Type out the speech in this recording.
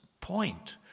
point